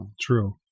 True